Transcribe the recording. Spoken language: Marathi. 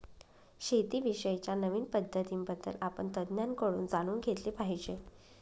शेती विषयी च्या नवीन पद्धतीं बद्दल आपण तज्ञांकडून जाणून घेतले पाहिजे